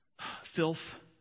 filth